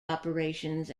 operations